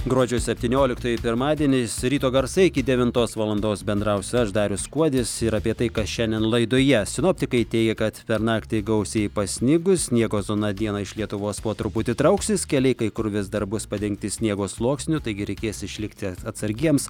gruodžio septynioliktoji pirmadienis ryto garsai iki devintos valandos bendrausiu aš darius kuodis ir apie tai kas šiandien laidoje sinoptikai teigia kad per naktį gausiai pasnigus sniego zona dieną iš lietuvos po truputį trauksis keliai kai kur vis dar bus padengti sniego sluoksniu taigi reikės išlikti atsargiems